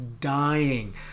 dying